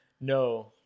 No